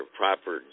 proper